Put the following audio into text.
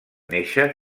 néixer